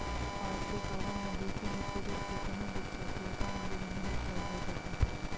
बाढ़ के कारण नदी की मिट्टी जब खेतों में बिछ जाती है तो हमारी जमीन उपजाऊ हो जाती है